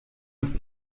nicht